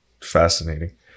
fascinating